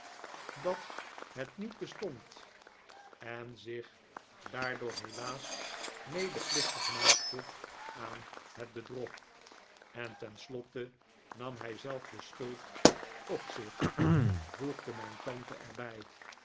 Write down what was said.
dat het niet bestond en zich daardoor helaas medeplichtig maakte aan het bedrog en ten slotte nam hij zelf'de schuld op zich voegde mijn tante er